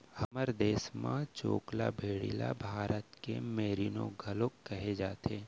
हमर देस म चोकला भेड़ी ल भारत के मेरीनो घलौक कहे जाथे